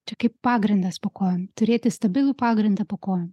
čia kaip pagrindas po kojom turėti stabilų pagrindą po kojom